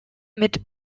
mit